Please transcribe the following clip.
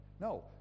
No